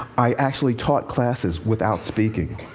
i actually taught classes without speaking.